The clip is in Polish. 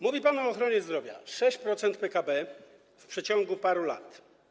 Mówi pan o ochronie zdrowia - 6% PKB w przeciągu paru lat.